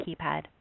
keypad